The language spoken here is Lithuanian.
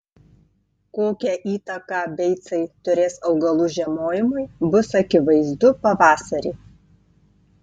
kokią įtaką beicai turės augalų žiemojimui bus akivaizdu pavasarį